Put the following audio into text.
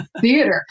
Theater